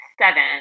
seven